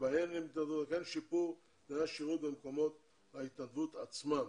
שבהן הן מתנדבות והן שיפור בתנאי השירות במקומות ההתנדבות עצמם.